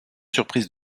surprise